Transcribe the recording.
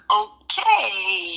okay